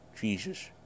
Jesus